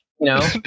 No